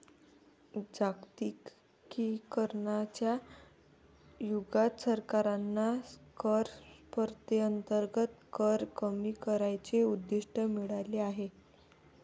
जागतिकीकरणाच्या युगात सरकारांना कर स्पर्धेअंतर्गत कर कमी करण्याचे उद्दिष्ट मिळाले आहे